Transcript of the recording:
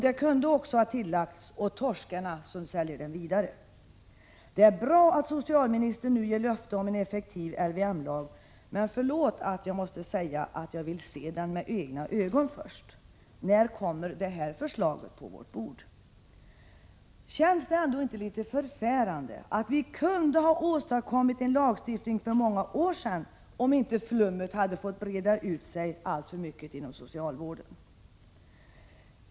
Det kunde ha tillagts ”och torskarna som säljer den vidare”. Det är bra att socialministern nu ger löfte om en effektiv LYM-lag, men förlåt att jag säger att jag vill se den med egna ögon först. När kommer det förslaget på vårt bord? Känns det inte litet förfärande att vi kunde ha åstadkommit en sådan lagstiftning för många år sedan, om inte ”flummet” hade fått breda ut sig alltför mycket inom socialvården?